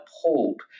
appalled